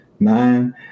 nine